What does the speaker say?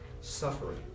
suffering